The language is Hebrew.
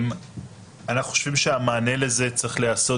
אנחנו חושבים שהמענה לזה צריך להיעשות